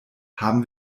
haben